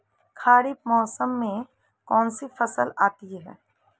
खरीफ मौसम में कौनसी फसल आती हैं?